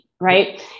right